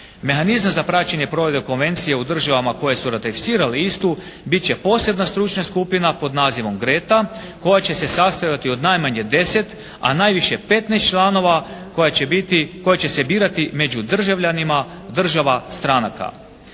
Mehanizme za praćenje provedbe konvencije u državama koje su ratificirale istu bit će posebna stručna skupina pod nazivom "Greta" koja će se sastojati od najmanje 10 a najviše 15 članova koji će se birati među državljanima država stranaka.